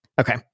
Okay